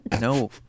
No